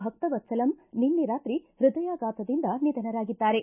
ಭಕ್ತವತ್ಸಲಂ ನಿನ್ನೆ ರಾತ್ರಿ ಪೃದಯಾಘಾತದಿಂದ ನಿಧನರಾಗಿದ್ದಾರೆ